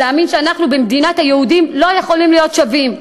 וגורמת להם להאמין שאנחנו במדינת היהודים לא יכולים להיות שווים.